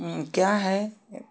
क्या है